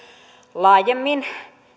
laajemmin